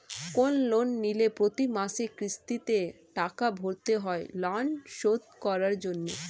কোন লোন নিলে প্রতি মাসে কিস্তিতে টাকা ভরতে হয় ঋণ শোধ করার জন্য